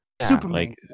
Superman